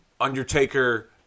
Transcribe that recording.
undertaker